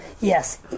Yes